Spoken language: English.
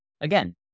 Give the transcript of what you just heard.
again